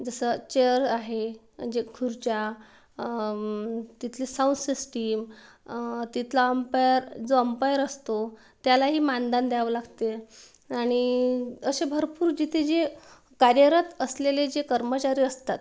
जसं चेअर आहे जे खुर्च्या तिथले साऊंड सिस्टीम तिथला अंपायर जो अंपायर असतो त्याला ही मानधन द्यावं लागते आणि असे भरपूर जिथे जे कार्यरत असलेले जे कर्मचारी असतात